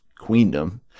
queendom